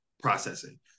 processing